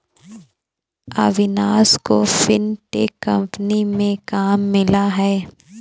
अविनाश को fintech company में काम मिला है